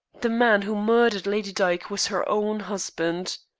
the man who murdered lady dyke was her own husband.